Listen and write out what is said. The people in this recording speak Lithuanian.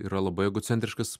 yra labai egocentriškas